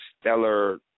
stellar